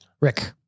rick